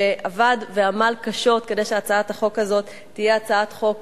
שעבד ועמל קשות כדי שהצעת החוק תהיה הצעת חוק